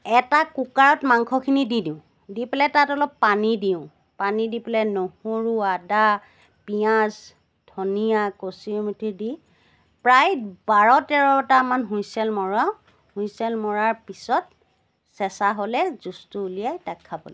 এটা কুকাৰত মাংসখিনি দি দিওঁ দি পেলাই তাত অলপ পানী দিওঁ পানী দি পেলাই নহৰু আদা পিঁয়াজ ধনিয়া কচি এমুঠি দি প্ৰায় বাৰ তেৰটামান হুইছেল মৰোৱাওঁ হুইছেল মৰাৰ পিছত চেচা হ'লে জুইচটো উলিয়াই তাক খাবলৈ দিওঁ